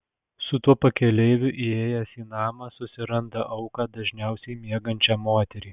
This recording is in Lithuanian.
su tuo pakeleiviu įėjęs į namą susiranda auką dažniausiai miegančią moterį